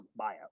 buyout